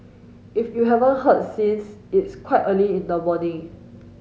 if you haven't heard since it's quite early in the morning